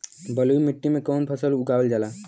बलुई मिट्टी में कवन फसल उगावल जाला?